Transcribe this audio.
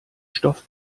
stoff